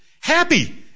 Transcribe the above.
Happy